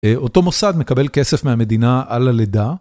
אותו מוסד מקבל כסף מהמדינה על הלידה.